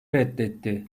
reddetti